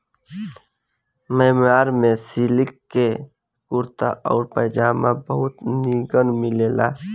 मान्यवर में सिलिक के कुर्ता आउर पयजामा बहुते निमन मिलेला